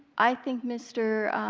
i think mr.